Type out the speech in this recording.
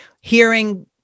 hearing